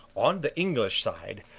on the english side,